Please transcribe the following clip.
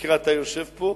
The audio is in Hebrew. במקרה אתה יושב פה,